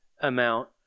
amount